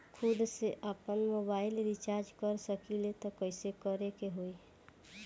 खुद से आपनमोबाइल रीचार्ज कर सकिले त कइसे करे के होई?